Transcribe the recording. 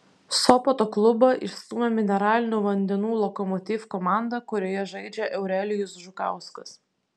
sopoto klubą išstūmė mineralinių vandenų lokomotiv komanda kurioje žaidžia eurelijus žukauskas